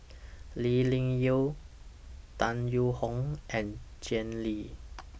Lee Ling Yen Tan Yee Hong and Jay Lim